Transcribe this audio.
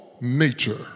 nature